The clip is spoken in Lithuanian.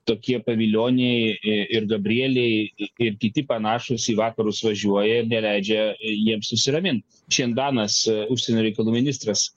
tokie pavilioniai ir gabrieliai iki kiti panašūs į vakarus važiuoja ir neleidžia jiems nusiramint čindanas užsienio reikalų ministras